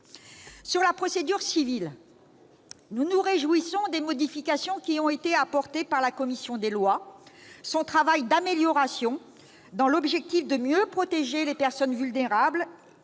Sur la procédure civile, nous nous réjouissons des modifications apportées par notre commission des lois ; son travail d'amélioration dans l'objectif de « mieux protéger les personnes vulnérables